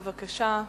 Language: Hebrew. בבקשה.